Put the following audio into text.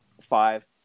five